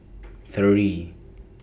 three